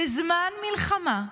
בזמן מלחמה,